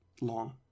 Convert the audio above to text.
long